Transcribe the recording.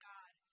God